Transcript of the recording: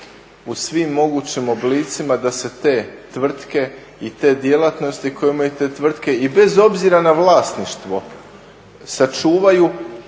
u svim mogućim oblicima da se te tvrtke i te djelatnosti koje imaju te tvrtke i bez obzira na vlasništvo sačuvaju